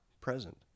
present